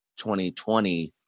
2020-